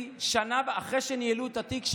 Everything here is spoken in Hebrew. אחרי שניהלו את התיק,